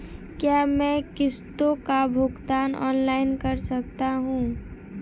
क्या मैं किश्तों का भुगतान ऑनलाइन कर सकता हूँ?